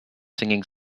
singing